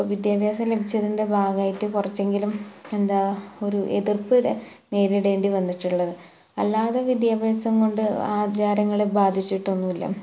ഇപ്പോൾ വിദ്യാഭ്യാസം ലഭിച്ചതിന്റെ ഭാഗമായിട്ട് കുറച്ചെങ്കിലും എന്താണ് ഒരു എതിര്പ്പ് നേരിടേണ്ടി വന്നിട്ടുള്ളത് അല്ലാതെ വിദ്യാഭ്യാസം കൊണ്ട് ആചാരങ്ങളെ ബാധിച്ചിട്ടൊന്നുമില്ല